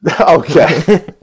Okay